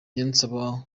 niyonsaba